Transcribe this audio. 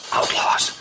Outlaws